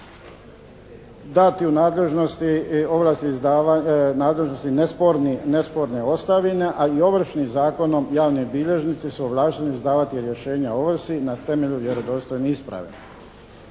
nadležnosti nesporne ostavine ali i Ovršnim zakonom javni bilježnici su ovlašteni izdavati rješenja o ovrsi na temelju vjerodostojne isprave.